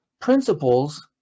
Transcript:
principles